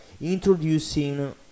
introducing